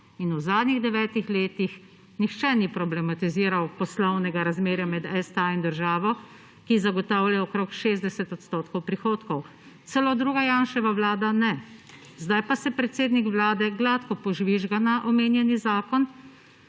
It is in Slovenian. in v zadnjih devetih letih nihče ni problematiziral poslovnega razmerja med STA in državo, ki zagotavlja okrog 60 % prihodkov. Celo druga Janševa Vlada ne. Zdaj pa se predsednik Vlade gladko požvižga na omenjeni zakon